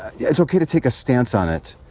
yeah it's okay to take a stance on it.